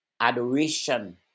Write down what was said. adoration